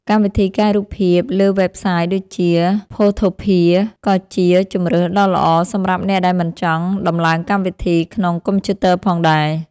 កម្មវិធីកែរូបភាពលើវេបសាយដូចជា ផូថូភៀ ក៏ជាជម្រើសដ៏ល្អសម្រាប់អ្នកដែលមិនចង់ដំឡើងកម្មវិធីក្នុងកុំព្យូទ័រផងដែរ។